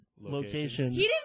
Location